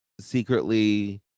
secretly